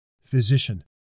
physician